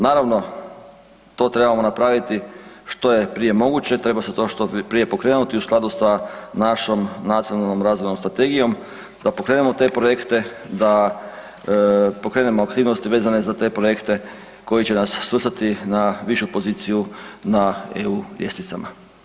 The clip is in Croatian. Naravno, to trebamo napraviti što je prije moguće, treba se to što prije pokrenuti u skladu sa našom nacionalnom razvojnom strategijom, da pokrenemo te projekte, da pokrenemo aktivnosti vezane za te projekte koji će nas svrstati na višu poziciju na EU ljestvicama.